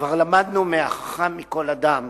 כבר למדנו מהחכם מכל אדם,